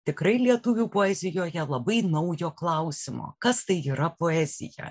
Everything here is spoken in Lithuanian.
tikrai lietuvių poezijoje labai naujo klausimo kas tai yra poezija